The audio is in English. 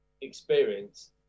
experience